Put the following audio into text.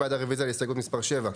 מי בעד רביזיה להסתייגות מספר 11?